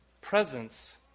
presence